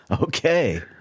Okay